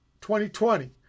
2020